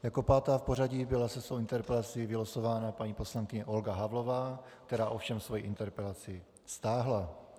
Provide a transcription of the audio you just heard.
Jako pátá v pořadí byla se svou interpelací vylosována paní poslankyně Olga Havlová, která ovšem svoji interpelaci stáhla.